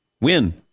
Win